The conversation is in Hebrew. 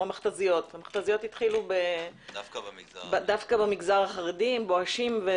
זה התחיל במגזר החרדי דווקא עם בואשים.